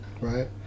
right